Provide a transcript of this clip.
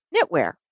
knitwear